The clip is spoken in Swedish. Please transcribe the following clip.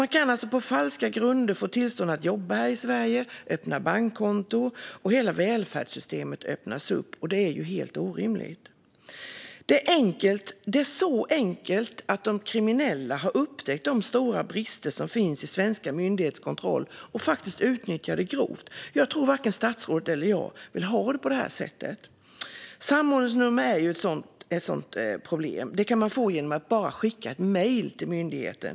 Man kan alltså på falska grunder få tillstånd att jobba här i Sverige och öppna bankkonto, och hela välfärdssystemet öppnas upp. Det är helt orimligt. Detta är så enkelt att de kriminella har upptäckt de stora brister som finns i svenska myndigheters kontroll och faktiskt utnyttjar dem grovt. Jag tror att varken statsrådet eller jag vill ha det på det här sättet. Samordningsnummer är ett problem, och ett sådant går det att få bara genom att skicka ett mejl till myndigheten.